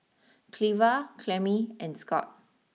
Cleva Clemmie and Scot